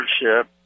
leadership